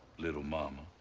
little mama.